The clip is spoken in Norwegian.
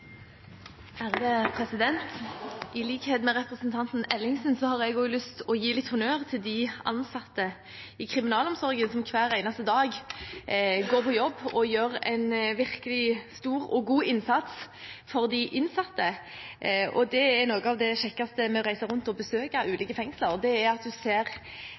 I likhet med representanten Ellingsen har jeg lyst til å gi honnør til de ansatte i kriminalomsorgen, som hver eneste dag går på jobb og gjør en virkelig stor og god innsats for de innsatte. Noe av det kjekkeste med å reise rundt og besøke ulike fengsler er at en ser